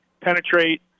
penetrate